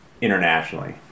internationally